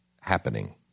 happening